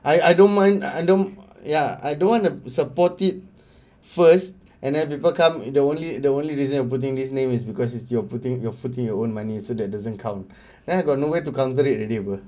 I I don't mind I don't ya I don't want to support it first and then people come in the only the only reason you putting this name is because it's you are putting you are putting your own money so that doesn't come then I got nowhere to calculate already apa